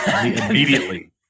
Immediately